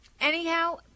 anyhow